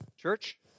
Church